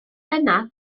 yna